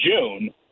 June